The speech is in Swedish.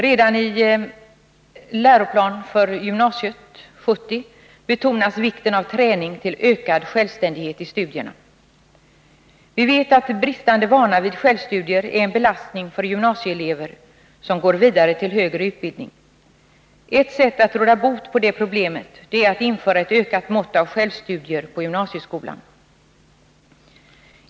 Redan i Läroplan för gymnasiet 70 betonas vikten av träning till ökad självständighet i studierna. Vi vet att bristande vana vid självstudier är en belastning för gymnasieelever som går vidare till högre utbildning. Ett sätt att råda bot på detta problem är att införa ett ökat mått av självstudier på gymnasieskolan.